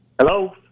Hello